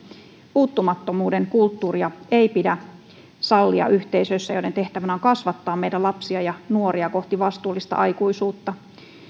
puuttumattomuuden kulttuuria ei pidä sallia yhteisöissä joiden tehtävänä on kasvattaa meidän lapsia ja nuoria kohti vastuullista aikuisuutta